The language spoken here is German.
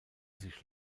sich